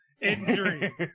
injury